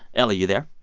ellie, you there?